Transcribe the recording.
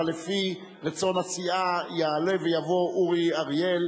אבל לפי רצון הסיעה יעלה ויבוא אורי אריאל